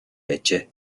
байжээ